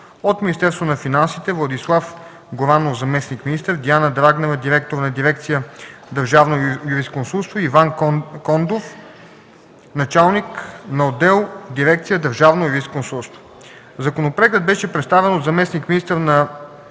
от Министерството на финансите – Владислав Горанов, заместник-министър, Диана Драгнева, директор на дирекция „Държавно юрисконсулство”, и Иван Кондов, началник на отдел в дирекция „Държавно юрисконсулство”. Законопроектът беше представен от заместник-министъра на